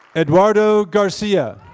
eduardo garcia.